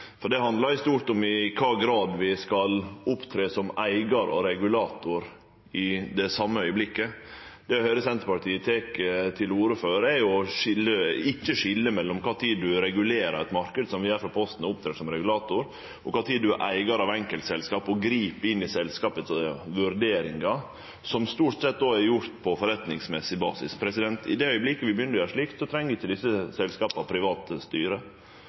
Det handlar i stort om i kva grad vi skal opptre som eigar og regulator i den same augneblinken. Det eg høyrer Senterpartiet tek til orde for, er ikkje å skilje mellom kva tid ein regulerer ein marknad, som vi gjer for Posten, opptrer som regulator, og kva tid ein er eigar av enkeltselskap og grip inn i vurderingane til selskapet, som stort sett er gjorde på forretningsmessig basis. I den augneblinken vi begynner å gjere slikt, treng ikkje desse selskapa private styre.